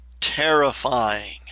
terrifying